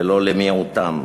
ולא למיעוטם,